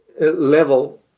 level